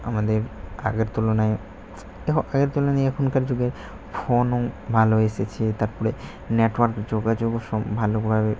আমাদের আগের তুলনায় এ আগের তুলনায় এখনকার যুগে ফোনও ভালো এসেছে তারপরে নেটওয়ার্ক যোগাযোগও সব ভালোভাবে